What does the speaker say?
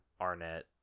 arnett